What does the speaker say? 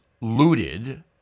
looted